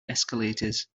escalators